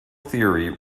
theory